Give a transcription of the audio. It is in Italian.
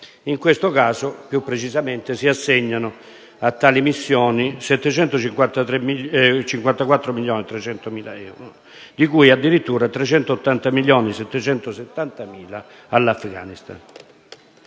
In questo caso, più precisamente, si assegnano a tali missioni 754.300.000 euro, di cui addirittura 380.770.000 all'Afghanistan.